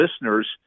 listeners